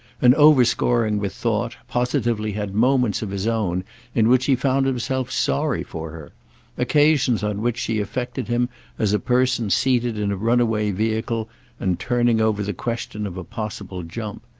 and overscoring with thought, positively had moments of his own in which he found himself sorry for her occasions on which she affected him as a person seated in a runaway vehicle and turning over the question of a possible jump.